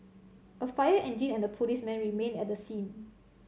a fire engine and a policeman remained at the scene